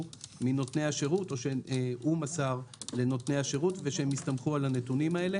מנותני השירות או שהוא מסר לנותני השירות ושהם הסתמכו על הנתונים האלה.